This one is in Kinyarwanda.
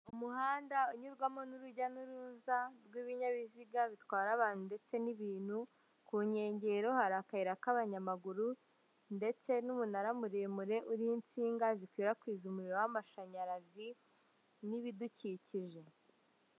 Umuhanda unyurwamo n'urujya n'uruza rw'ibinyabiziga bitwara abantu ndetse n'ibintu, ku nkengero hari akayira k'abanyamaguru ndetse n'umunara muremure uri ho insinga zikwirakwiza umuriro w'amashanyarazi n'ibidukikije.